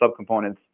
subcomponents